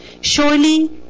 Surely